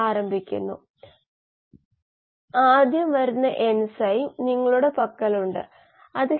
നിങ്ങൾ ഓർക്കുന്നുവെങ്കിൽ അതാണ് ആദ്യത്തെ സമവാക്യം r പൂജ്യം minus r 1 minus r 2 d S d t ആണ്